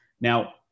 now